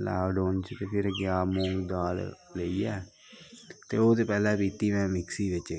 lockdown च ते फिर गेआ मूंग दाल लेइयै ते ओह् ते पैह्लें पीह्ती में मिक्सी बिच्च